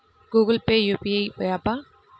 Google Pay UPI య్యాపా?